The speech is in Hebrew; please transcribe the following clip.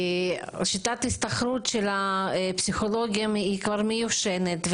שיטת ההשתכרות של הפסיכולוגים היא כבר מיושנת,